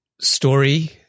story